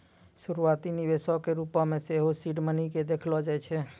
शुरुआती निवेशो के रुपो मे सेहो सीड मनी के देखलो जाय छै